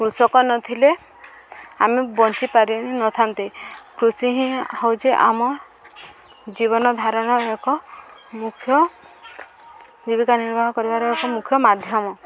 କୃଷକ ନଥିଲେ ଆମେ ବଞ୍ଚି ପାରିନଥାନ୍ତେ କୃଷି ହିଁ ହେଉଛି ଆମ ଜୀବନ ଧାରଣ ଏକ ମୁଖ୍ୟ ଜୀବିକା ନିର୍ବାହ କରିବାର ଏକ ମୁଖ୍ୟ ମାଧ୍ୟମ